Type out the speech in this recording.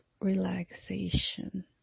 relaxation